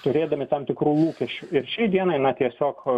turėdami tam tikrų lūkesčių ir šiai dienai na tiesiog